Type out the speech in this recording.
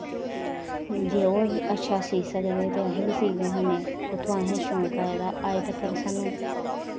जे ओह् अच्छा सीऽ सकदे ते अस बी सीऽ सकने उत्थुआं दा असेंगी शौंक आए दा अज्ज तक्कर सानूं